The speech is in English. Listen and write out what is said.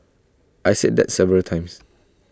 I said that several times